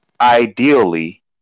ideally